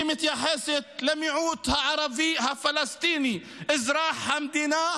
שמתייחסת למיעוט הערבי הפלסטיני אזרחי המדינה,